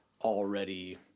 already